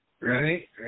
Right